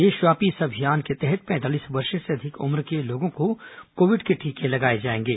देशव्यापी इस अभियान के तहत पैंतालीस वर्ष से अधिक उम्र के लोगों को कोविड के टीके लगाए जाएंगे